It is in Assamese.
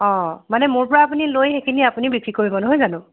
অ মানে মোৰ পৰা আপুনি লৈ সেইখিনি আপুনি বিক্ৰী কৰিব নহয় জানো